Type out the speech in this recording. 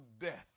death